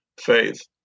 faith